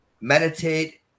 meditate